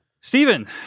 Stephen